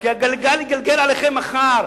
כי הגלגל יתגלגל אליכם מחר.